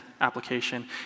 application